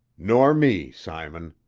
nor me, simon.